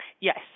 Yes